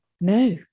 No